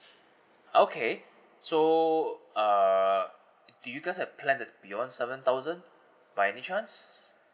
okay so err you guys have plan that beyond seven thousand by any chance